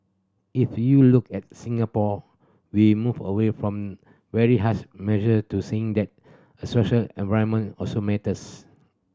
if you look at Singapore we moved away from very harsh measure to saying that the social environment also matters